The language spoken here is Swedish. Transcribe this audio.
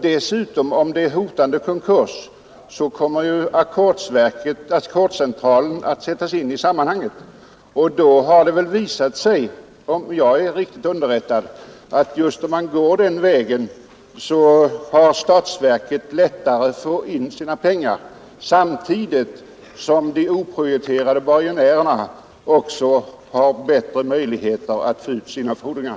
Dessutom kommer ju, om konkurs hotar, Ackordscentralen in i sammanhanget. Då har det visat sig, om jag är riktigt underrättad, att när man går den vägen har statsverket lättare att få in sina pengar samtidigt som de oprioriterade borgenärerna också har bättre möjligheter att få ut sina fordringar.